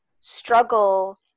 struggle